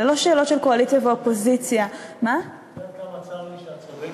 אלה לא שאלות של קואליציה ואופוזיציה המצב הוא שאת צודקת.